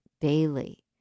daily